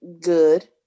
good